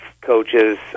coaches